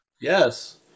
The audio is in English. Yes